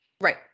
Right